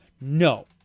No